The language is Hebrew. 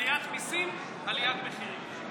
עליית מיסים, עליית מחירים.